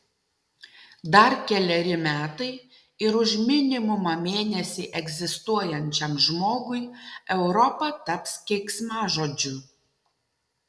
dar keleri metai ir už minimumą mėnesį egzistuojančiam žmogui europa taps keiksmažodžiu